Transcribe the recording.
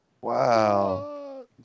Wow